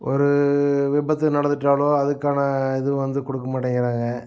ஒரு விபத்து நடந்துவிட்டாலோ அதுக்கான இதுவந்து கொடுக்கமாட்டேங்கிறாங்க